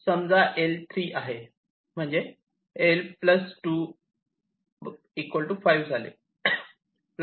समजा L 3 आहे म्हणजे L 2 5 झाले